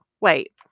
Wait